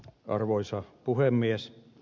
arvoisa puhemies